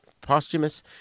posthumous